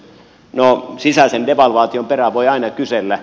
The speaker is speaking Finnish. no sisäisen devalvaation perään voi aina kysellä